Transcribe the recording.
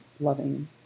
loving